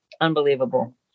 unbelievable